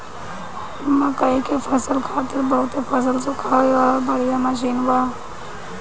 मकई के फसल खातिर बहुते फसल सुखावे वाला बढ़िया मशीन बा